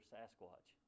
Sasquatch